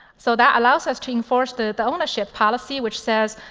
so that allows us to enforce the the ownership policy which says,